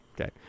okay